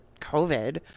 COVID